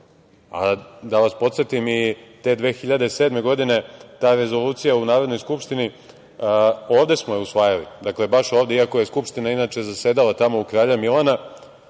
vas podsetim, te 2007. godine ta rezolucija u Narodnoj skupštini, ovde smo je usvajali, baš ovde, iako je Skupština inače zasedala tamo u Kralja Milana,